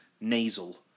nasal